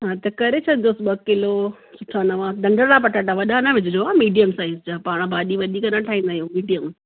हा त करे छॾिजोसि ॿ किलो सुठा नवां नंढिड़ा पटाटा वॾा न विझिजो हां मीडियम साईज़ जा पाण भाॼी वधीक न ठाहींदा आहियूं मीडियम